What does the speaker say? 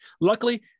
Luckily